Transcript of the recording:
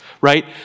right